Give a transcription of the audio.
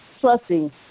trusting